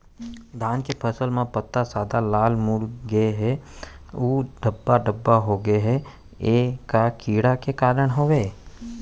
धान के फसल म पत्ता सादा, लाल, मुड़ गे हे अऊ धब्बा धब्बा होगे हे, ए का कीड़ा के कारण होय हे?